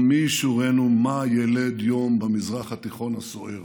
ומי יישורנו מה ילד יום במזרח התיכון הסוער,